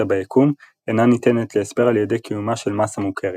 ביקום אינה ניתנת להסבר על ידי קיומה של מסה מוכרת.